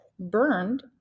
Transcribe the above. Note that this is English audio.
burned